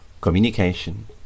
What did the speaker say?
communication